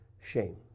shame